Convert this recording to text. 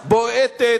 בועטת,